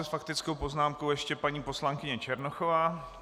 S faktickou poznámkou ještě paní poslankyně Černochová.